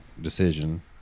decision